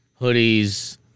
hoodies